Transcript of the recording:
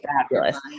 Fabulous